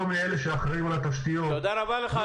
לא מאלה שאחראים על התשתיות --- תודה רבה לך,